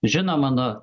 žino mano